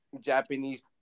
Japanese